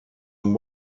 and